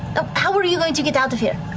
ah how are you going to get out of here?